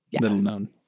Little-known